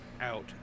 Out